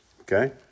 okay